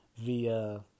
via